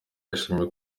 yashimye